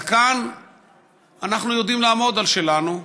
אבל כאן אנחנו יודעים לעמוד על שלנו,